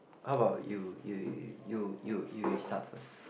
how about you you you you you you you start first